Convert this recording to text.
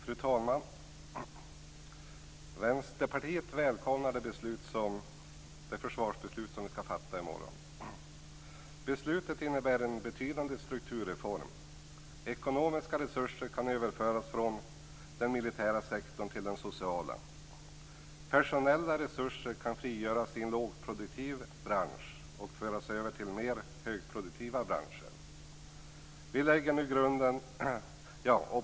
Fru talman! Vänsterpartiet välkomnar det försvarsbeslut som vi ska fatta i morgon. Beslutet innebär en betydande strukturreform. Ekonomiska resurser kan överföras från den militära sektorn till den sociala. Personella resurser kan frigöras i en lågproduktiv bransch och föras över till mer högproduktiva branscher.